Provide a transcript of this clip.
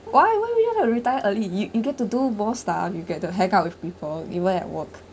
why why you want to retire early you you get to do more stuff you get to hang out with people even at work